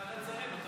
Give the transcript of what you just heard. יש ועדת שרים.